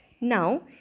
Now